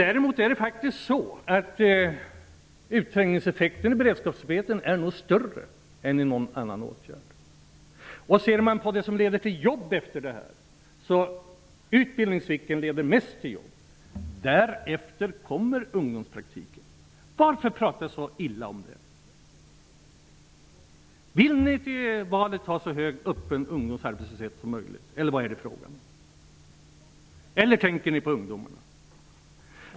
Däremot är utträngningseffekten i beredskapsarbeten faktiskt större än i någon annan åtgärd. Man kan titta på vilka åtgärder som senare leder till jobb. Utbildningsvikariaten leder till flest jobb. Därefter kommer ungdomspraktiken. Varför pratas det så illa om den? Vill ni ha en så hög öppen ungdomsarbetslöshet som möjligt, eller vad är det fråga om? Tänker ni på ungdomarna?